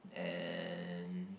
and